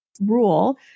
rule